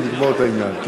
ונגמור את העניין.